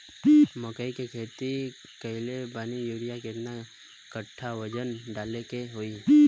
मकई के खेती कैले बनी यूरिया केतना कट्ठावजन डाले के होई?